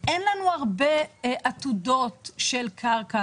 נתנו פה את הדוגמה של מודיעין.